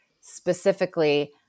specifically